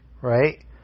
right